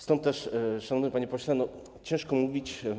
Stąd też, szanowny panie pośle, ciężko mówić.